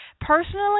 Personally